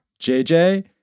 JJ